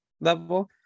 level